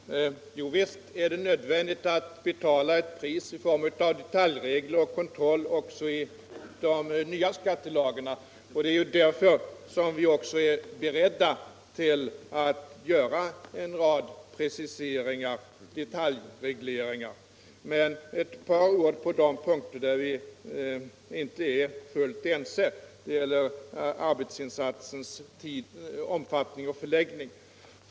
Herr talman! Jo visst är det nödvändigt att betala ett pris i form av detaljregler och kontroll också i de nya skattelagarna. Det är därför som vi är beredda att göra en rad sådana detaljregleringar. Men låt mig säga ett par ord på de punkter där vi inte är helt ense. Det gäller arbetsinsatsens omfattning och förläggning.